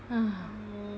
ugh